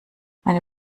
meine